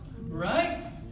Right